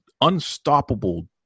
unstoppable